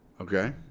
Okay